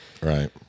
Right